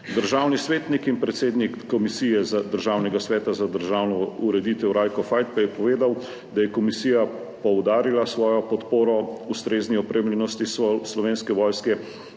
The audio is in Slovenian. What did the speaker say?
Državni svetnik in predsednik komisije Državnega sveta za državno ureditev Rajko Fajt pa je povedal, da je komisija poudarila svojo podporo ustrezni opremljenosti Slovenske vojske